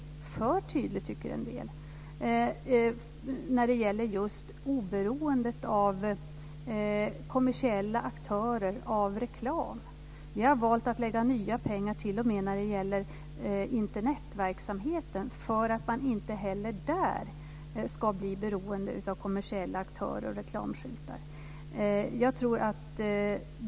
En del tycker att den är för tydlig när det gäller just oberoendet av kommersiella aktörer och reklam. Vi har valt att lägga nya pengar t.o.m. när det gäller Internetverksamheten för att man inte heller där ska bli beroende av kommersiella aktörer och reklamskyltar.